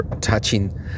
touching